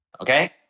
Okay